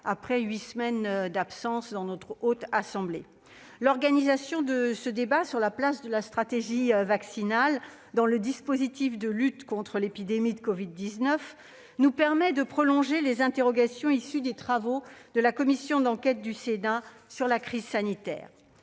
? J'étais ici le 9 novembre ! L'organisation de ce débat sur la place de la stratégie vaccinale dans le dispositif de lutte contre l'épidémie de covid-19 nous permet de prolonger les interrogations issues des travaux de la commission d'enquête du Sénat sur la crise sanitaire.